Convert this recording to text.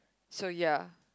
so ya